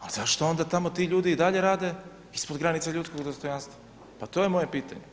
a zašto onda tamo ti ljudi i dalje rade ispod granice ljudskog dostojanstva pa to je moje pitanje.